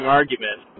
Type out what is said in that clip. argument